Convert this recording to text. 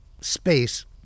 space